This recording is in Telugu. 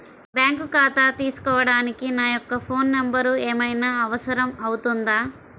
బ్యాంకు ఖాతా తీసుకోవడానికి నా యొక్క ఫోన్ నెంబర్ ఏమైనా అవసరం అవుతుందా?